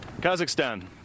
Kazakhstan